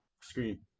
screen